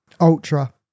Ultra